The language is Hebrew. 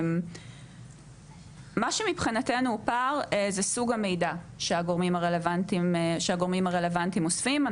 מה שמבחינתנו הוא פער זה סוג המידע שהגורמים הרלוונטיים אוספים.